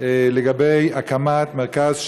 והנמקה מהמקום.